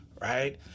right